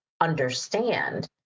understand